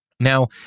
Now